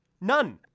None